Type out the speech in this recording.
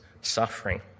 suffering